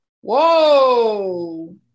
Whoa